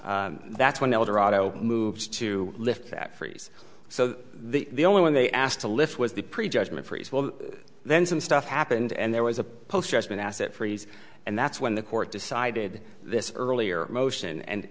freeze that's when eldorado moved to lift that freeze so the only one they asked to lift was the prejudgment freeze well then some stuff happened and there was a post just an asset freeze and that's when the court decided this earlier motion and